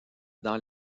dans